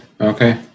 Okay